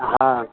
हॅं